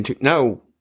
No